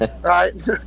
right